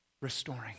restoring